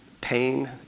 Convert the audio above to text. pain